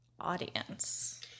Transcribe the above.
audience